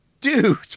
dude